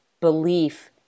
belief